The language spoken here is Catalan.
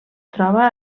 troba